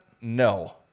No